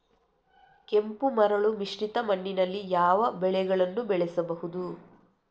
ಕೆಂಪು ಮರಳು ಮಿಶ್ರಿತ ಮಣ್ಣಿನಲ್ಲಿ ಯಾವ ಬೆಳೆಗಳನ್ನು ಬೆಳೆಸಬಹುದು?